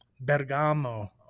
Bergamo